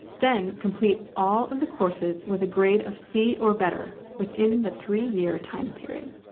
then, complete all of the courses with a grade of c or better within the three-year time period.